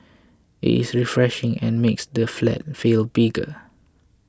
it is refreshing and makes the flat feel bigger